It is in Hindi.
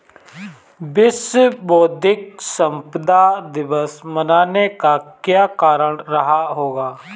विश्व बौद्धिक संपदा दिवस मनाने का क्या कारण रहा होगा?